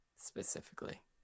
Specifically